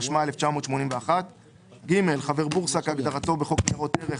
התשמ"א 1981‏; (ג)חבר בורסה כהגדרתו בחוק ניירות ערך,